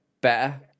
better